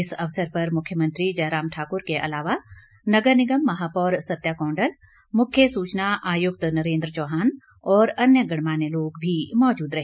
इस अवसर पर मुख्यमंत्री जयराम ठाकुर के अलावा नगर निगम महापौर सत्या कौंडल मुख्य सूचना आयुक्त नरेंद्र चौहान और अन्य गणमान्य लोग भी मौजूद रहे